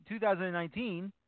2019